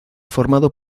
formado